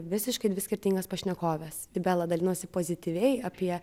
visiškai dvi skirtingas pašnekoves tai bela dalinosi pozityviai apie